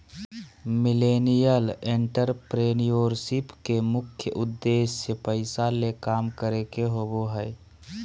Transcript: millennial entrepreneurship के मुख्य उद्देश्य पैसा ले काम करे के होबो हय